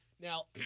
Now